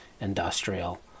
industrial